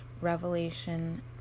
Revelation